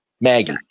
Maggie